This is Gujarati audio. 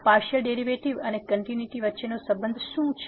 તેથી પાર્સીઅલ ડેરીવેટીવ અને કંટીન્યુટી વચ્ચેનો સંબંધ શું છે